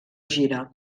gira